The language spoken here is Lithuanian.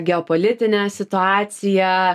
geopolitinę situaciją